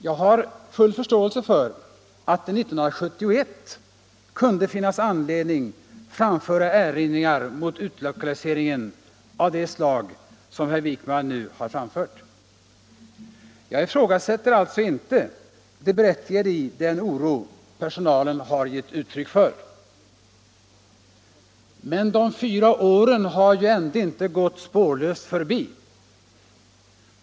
Jag har full förståelse för att det 1971 kunde finnas anledning att mot utlokaliseringen framföra erinringar av det slag som herr Wijkman nu har uttalat. Jag ifrågasätter alltså inte det berättigade i den oro som personalen har gett uttryck för. Men de fyra åren har ju ändå inte gått spårlöst förbi.